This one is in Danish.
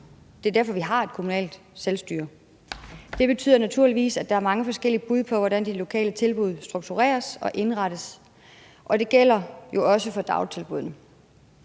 Det er derfor, vi har et kommunalt selvstyre. Det betyder naturligvis, at der er mange forskellige bud på, hvordan de lokale tilbud struktureres og indrettes, og det gælder jo også for dagtilbuddene.